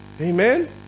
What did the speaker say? Amen